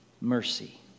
mercy